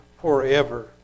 forever